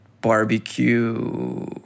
barbecue